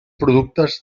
productes